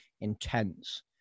intense